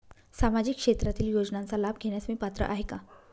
सामाजिक क्षेत्रातील योजनांचा लाभ घेण्यास मी पात्र आहे का?